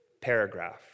paragraph